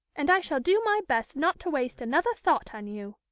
and i shall do my best not to waste another thought on you?